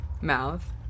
mouth